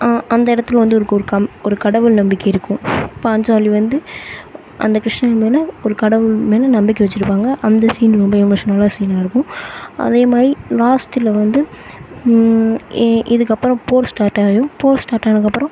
அந்த இடத்துல வந்து ஒரு கம் ஒரு கடவுள் நம்பிக்கை இருக்கும் பாஞ்சாலி வந்து அந்த கிருஷ்ணன் மேல் ஒரு கடவுள் மேல் நம்பிக்கை வச்சுருப்பாங்க அந்த சீன் ரொம்ப எமோஷ்னலான சீனாக இருக்கும் அதேமாதிரி லாஸ்ட்டில் வந்து ஏ இதுக்கப்புறம் போர் ஸ்டார்ட் ஆயிடும் போர் ஸ்டார்ட் ஆனதுக்கப்புறம்